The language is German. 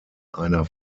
einer